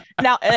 now